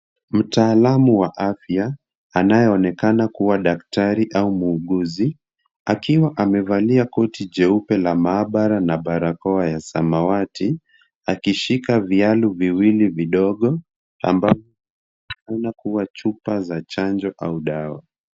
Mtaalamu wa afya anayeonekana kuwa daktari au muuguzi, akiwa amevalia koti jeupe la maabara na barakoa ya samawati, akishika vialu viwili vidogo ambavyo vinaonekana kuwa chupa za chanjo au dawa.